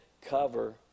cover